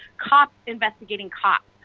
cops investigate and cops.